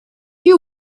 you